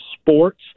sports